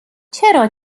چرا